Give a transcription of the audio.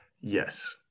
Yes